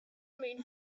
moon